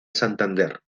santander